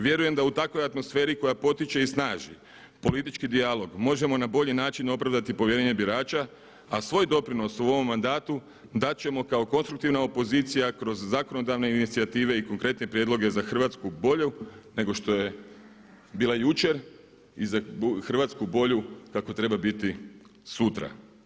Vjerujem da u takvoj atmosferi koja potiče i snaži politički dijalog, možemo na bolji način opravdati povjerenje birača, a svoj doprinos u ovom mandatu dat ćemo kao konstruktivna opozicija kroz zakonodavne inicijative i konkretne prijedlogu za Hrvatsku bolju nego što je bila jučer i za Hrvatsku bolju kako treba biti sutra.